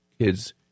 kids